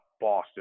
Boston